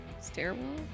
stairwell